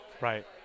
Right